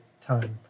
time